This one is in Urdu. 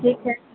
ٹھیک ہے